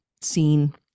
seen